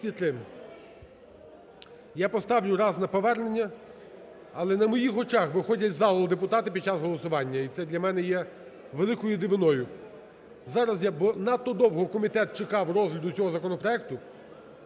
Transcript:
Я поставлю раз на повернення. Але на моїх очах виходять з залу депутати під час голосування, і це для мене є великою дивиною. Зараз я… надто довго комітет чекав розгляду цього законопроекту.